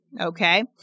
okay